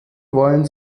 wollen